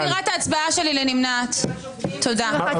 הצבעה לא אושרו.